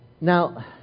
Now